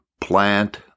plant